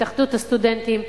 התאחדות הסטודנטים,